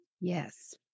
Yes